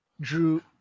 Drew